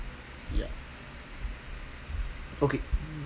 ya okay